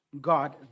God